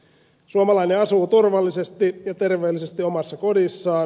suomalainen asuu turvallisesti ja terveellisesti omassa kodissaan